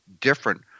different